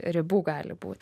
ribų gali būt